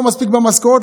לא מספיק במשכורת,